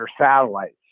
satellites